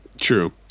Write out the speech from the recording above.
True